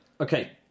Okay